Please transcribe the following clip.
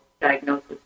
diagnosis